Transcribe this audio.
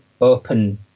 open